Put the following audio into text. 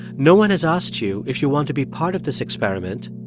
no one has asked you if you want to be part of this experiment,